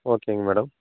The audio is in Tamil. ஓகேங்க மேடம்